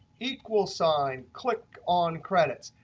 equals sign, click on credits.